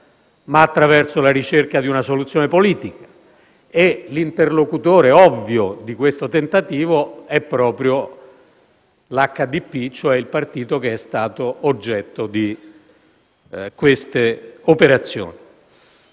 ma attraverso la ricerca di una soluzione politica. Ebbene, l'interlocutore ovvio di questo tentativo è proprio l'HDP, ovvero il partito che è stato oggetto di queste operazioni.